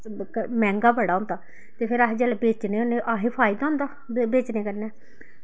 मैंह्गा बड़ा होंदा ते फिर अस जिसलै बेचने होन्ने असें गी फायदा होंदा बेचने कन्नै